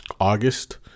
August